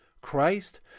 christ